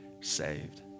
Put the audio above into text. saved